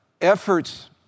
efforts